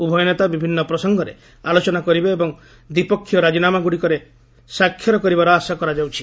ଉଭୟ ନେତା ବିଭିନ୍ନ ପ୍ରସଙ୍ଗରେ ଆଲୋଚନା କରିବେ ଏବଂ ଦ୍ୱିପକ୍ଷୀୟ ରାଜିନାମାଗୁଡିକରେ ସାକ୍ଷର କରିବାର ଆଶା କରାଯାଉଛି